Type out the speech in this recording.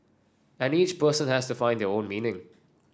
and each person has to find their own meaning